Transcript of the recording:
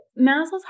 Maslow's